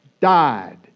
died